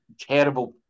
terrible